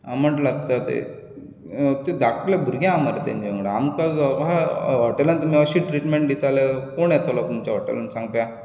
आंबट लागता तें धाकटुलें भुरगें आसा मरे आमकां कोहें हॉटेलांत तुमी अशी ट्रिटमेंट दिता जाल्यार कोण येतोलो तुमच्या हॉटेलांत सांंग पळोवया